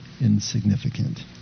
insignificant